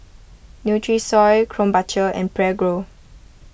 Nutrisoy Krombacher and Prego